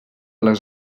les